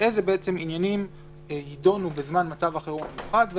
איזה עניינים יידונו בזמן מצב החירום המיוחד.